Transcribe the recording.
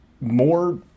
more